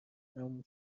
تموم